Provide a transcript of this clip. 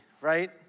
right